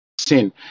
sin